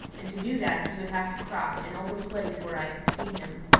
and to do that he would have to cross an open place where i could see him.